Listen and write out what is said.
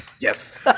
Yes